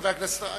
חבר הכנסת גנאים,